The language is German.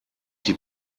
die